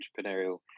entrepreneurial